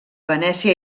venècia